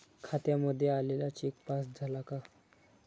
खात्यामध्ये आलेला cheque pass झाला का?